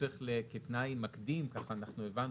הוא צריך כתנאי מקדים ככה אנחנו הבנו,